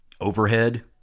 overhead